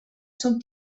són